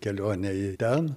kelionė į ten